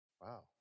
Wow